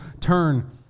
turn